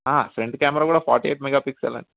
front camera కూడా forty eight megapixel అండి